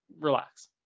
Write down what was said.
relax